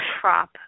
crop